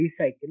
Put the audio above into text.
recycle